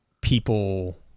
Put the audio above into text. people